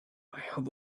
have